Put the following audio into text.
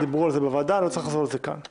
דיברו על זה בוועדה ולא צריך לחזור על זה כאן.